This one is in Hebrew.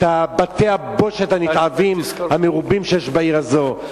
את בתי-הבושת הנתעבים המרובים שיש בעיר הזאת.